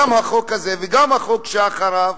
גם החוק הזה וגם החוק שאחריו,